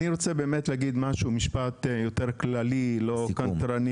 אני רוצה להגיד משפט יותר כללי ולא קנטרני